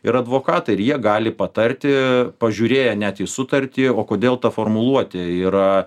ir advokatai ir jie gali patarti pažiūrėję net į sutartį o kodėl ta formuluotė yra